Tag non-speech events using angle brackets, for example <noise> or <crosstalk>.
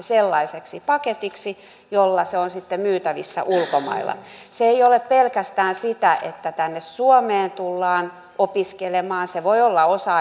<unintelligible> sellaiseksi paketiksi jolla se on sitten myytävissä ulkomailla se ei ole pelkästään sitä että tänne suomeen tullaan opiskelemaan se voi olla osa <unintelligible>